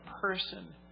person